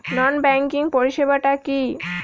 নন banking পরিষেবা টা কি?